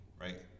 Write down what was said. right